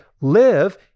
live